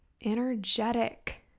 Energetic